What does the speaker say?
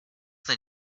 that